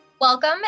Welcome